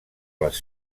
les